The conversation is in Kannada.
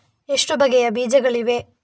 ಎಷ್ಟು ಬಗೆಯ ಬೀಜಗಳಿವೆ?